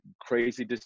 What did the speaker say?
crazy